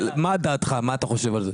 מה דעתך, מה אתה חושב על זה?